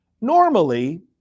Normally